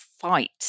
fight